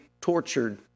tortured